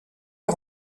est